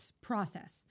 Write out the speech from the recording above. process